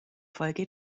folge